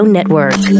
Network